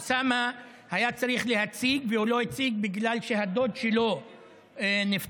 אוסאמה היה צריך להציג והוא לא הציג בגלל שהדוד שלו נפטר,